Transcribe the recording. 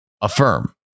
affirm